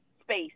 space